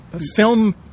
film